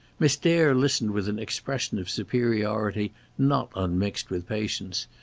miss dare listened with an expression of superiority not unmixed with patience,